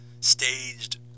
staged